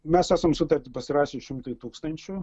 mes esam sutartį pasirašę šimtui tūkstančių